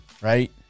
right